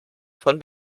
von